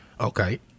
Okay